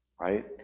right